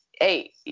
hey